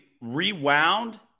rewound